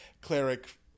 cleric